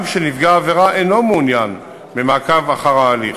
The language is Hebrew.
גם כשנפגע העבירה אינו מעוניין במעקב אחר ההליך.